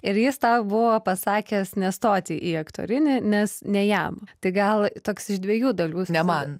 ir jis tau buvo pasakęs nestoti į aktorinį nes ne jam tai gal toks iš dviejų dalių ne man